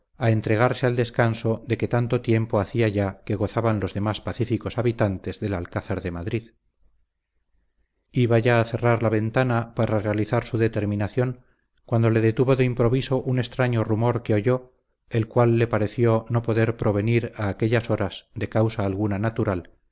a entregarse al descanso de que tanto tiempo hacía ya que gozaban los demás pacíficos habitantes del alcázar de madrid iba ya a cerrar la ventana para realizar su determinación cuando le detuvo de improviso un extraño rumor que oyó el cual le pareció no poder provenir a aquellas horas de causa alguna natural